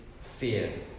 fear